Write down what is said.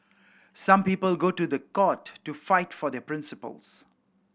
some people go to the court to fight for their principles